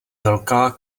velká